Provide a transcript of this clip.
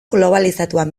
globalizatuan